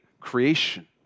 creation